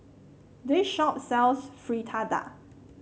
this shop sells Fritada